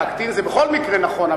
להקטין זה בכל מקרה נכון,